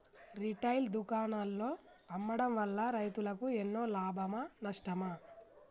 Retail దుకాణాల్లో అమ్మడం వల్ల రైతులకు ఎన్నో లాభమా నష్టమా?